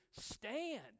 stand